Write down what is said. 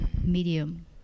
medium